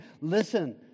listen